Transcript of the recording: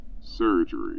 surgery